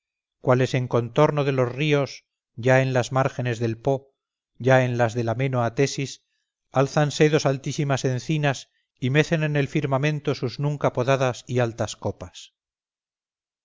torres cuales en contorno de los ríos ya en las márgenes del po ya en las del ameno atesis álzanse dos altísimas encina y mecen en el firmamento sus nunca podadas y altas copas